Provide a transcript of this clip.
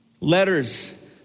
Letters